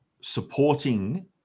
supporting